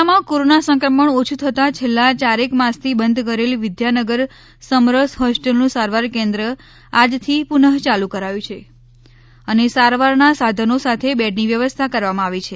જિલ્લામાં કોરોના સંક્રમણ ઓછ઼ થતાં છેલ્લાં ચારેક માસથી બંધ કરેલ વિદ્યાનગર સમરસ હોસ્ટેલનું સારવાર કેન્દ્ર આજથી પુનઃ ચાલુ કરાયું છે અને સારવારના સાધનો સાથે બેડની વ્યવસ્થા કરવામાં આવી છે